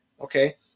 Okay